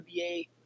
NBA